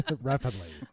Rapidly